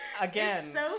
Again